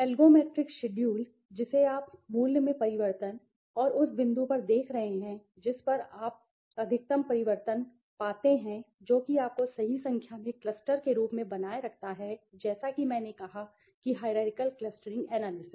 एल्गोमेट्रिक schedule जिसे आप मूल्य में परिवर्तन और उस बिंदु पर देख रहे हैं जिस पर आप अधिकतम परिवर्तन पाते हैं जो कि आपको सही संख्या में क्लस्टर के रूप में बनाए रखता है जैसा कि मैंने कहा कि हाईरारकिअल क्लस्टरिंग एनालिसिस